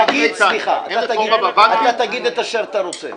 אתה תגיד את אשר אתה רוצה.